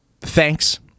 thanks